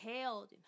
held